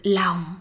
lòng